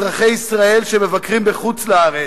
אזרחי ישראל שמבקרים בחוץ-לארץ,